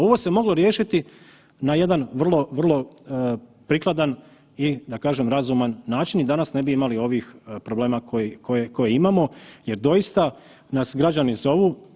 Ovo se moglo riješiti na jedan vrlo, vrlo prikladan i da kažem, razuman način i danas ne bi imali ovih problema koje, koje imamo jer doista nas građani zovu.